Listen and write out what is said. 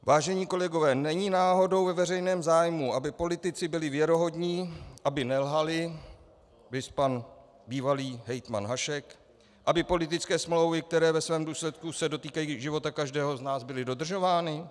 Vážení kolegové, není náhodou ve veřejném zájmu, aby politici byli věrohodní, aby nelhali viz pan bývalý hejtman Hašek , aby politické smlouvy, které ve svém důsledku se dotýkají života každého z nás, byly dodržovány?